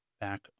back